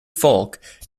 folk